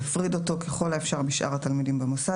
יפריד אותו ככל האפשר משאר התלמידים במוסד